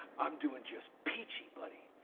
i'm doing just peachy, buddy!